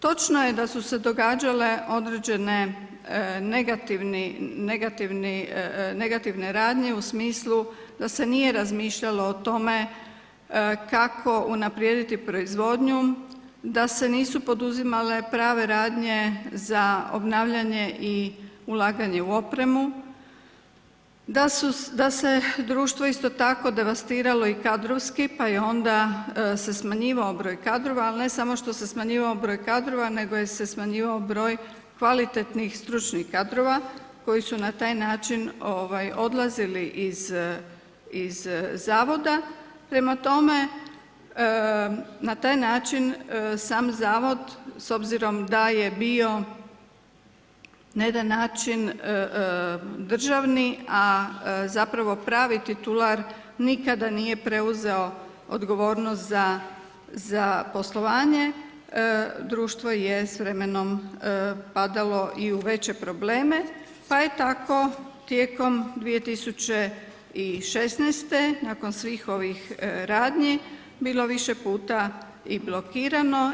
Točno je da su se događale određene negativne radnje u smislu da se nije razmišljalo o tome kako unaprijediti proizvodnju, da se nisu poduzimale prave radnje za obnavljanje i ulaganje u opremu, da se društvo isto tako devastiralo i kadrovski pa onda se smanjivao broj kadrova, ali ne samo što se smanjivao broj kadrova, nego se smanjivao broj kvalitetnih stručnih kadrova koji su na taj način odlazili iz zavoda, prema tome na taj način sam zavod, s obzirom da je bio na jedan način državni, a zapravo pravi titular nikada nije preuzeo odgovornost za poslovanje, društvo je s vremenom padalo i u veće probleme pa je tako tijekom 2016. nakon svih ovih radnji bilo više puta i blokirano.